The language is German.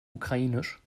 ukrainisch